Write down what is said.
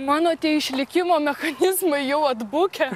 mano tie išlikimo mechanizmai jau atbukę